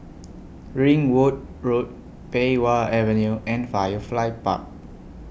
Ringwood Road Pei Wah Avenue and Firefly Park